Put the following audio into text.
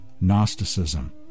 Gnosticism